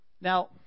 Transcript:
Now